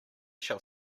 shall